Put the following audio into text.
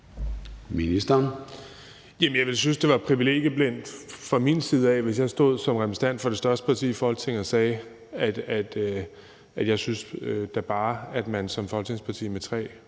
Bek): Jamen jeg ville synes, at det var privilegieblindt fra min side af, hvis jeg stod som repræsentant for det største parti i Folketinget og sagde, at man da bare som Folketingsparti med tre